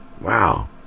wow